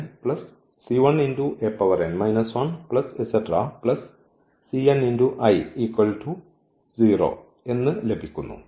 എന്ന് ലഭിക്കുന്നു